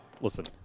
listen